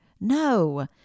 No